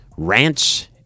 Ranch